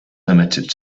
limited